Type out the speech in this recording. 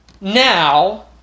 Now